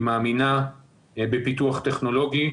היא מאמינה בפיתוח טכנולוגי,